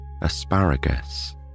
asparagus